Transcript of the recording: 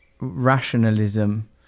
rationalism